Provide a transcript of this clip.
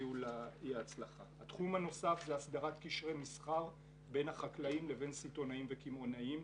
התחום הנוסף הוא הסדרת קשרי מסחר בין החקלאים לבין סיטונאים וקמעונאים.